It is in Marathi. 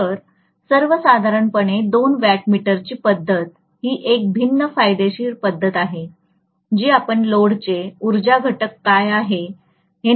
तर सर्वसाधारणपणे दोन वॅट मीटरची पद्धत ही एक भिन्न फायदेशीर पद्धत आहे जी आपण लोडचे उर्जा घटक काय आहे हे निर्धारित करण्यास सक्षम असू